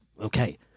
Okay